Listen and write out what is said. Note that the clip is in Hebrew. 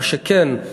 מה שכן,